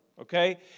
Okay